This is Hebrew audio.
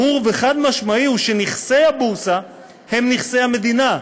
ברור וחד-משמעי הוא שנכסי הבורסה הם נכסי המדינה.